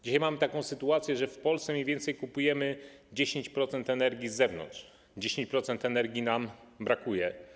Dzisiaj mamy taką sytuację, że w Polsce mniej więcej kupujemy 10% energii z zewnątrz, 10% energii nam brakuje.